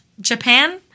Japan